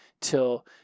till